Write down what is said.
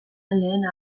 lehen